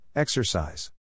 Exercise